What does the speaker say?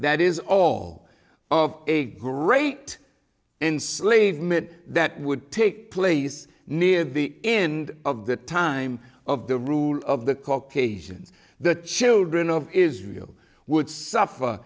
that is all of a great enslavement that would take place near the end of the time of the rule of the caucasians the children of israel would suffer